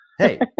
Hey